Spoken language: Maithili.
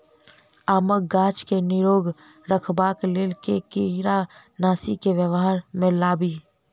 आमक गाछ केँ निरोग रखबाक लेल केँ कीड़ानासी केँ व्यवहार मे लाबी?